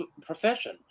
profession